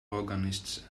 organists